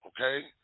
Okay